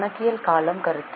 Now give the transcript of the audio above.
கணக்கியல் காலம் கருத்து